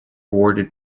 awarded